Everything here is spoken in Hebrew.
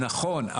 נכון,